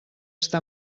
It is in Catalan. està